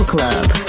Club